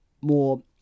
more